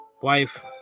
wife